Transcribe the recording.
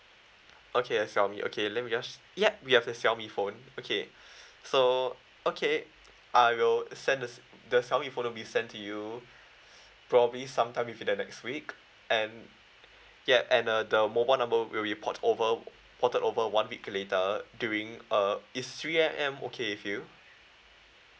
okay a xiaomi okay let me just ya we have the xiaomi phone okay so okay I will send the xi~ the xiaomi phone will be sent to you probably sometime within the next week and ya and uh the mobile number will be port over ported over one week later during uh is three A_M okay with you